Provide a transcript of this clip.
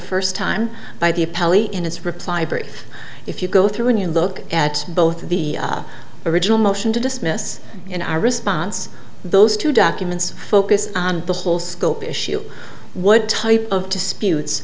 brief if you go through and you look at both of the original motion to dismiss in our response those two documents focused on the whole scope issue what type of disputes